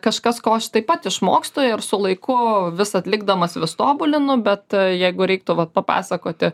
kažkas ko aš taip pat išmokstu ir su laiku vis atlikdamas vis tobulinu bet jeigu reiktų vat papasakoti